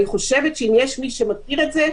אני חושבת שאם יש מי שמכיר את זה,